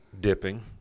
dipping